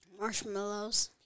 Marshmallows